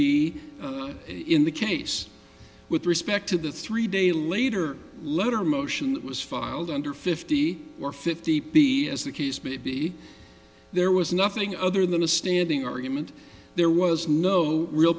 be in the case with respect to the three day later letter motion that was filed under fifty or fifty p as the case may be there was nothing other than a standing argument there was no real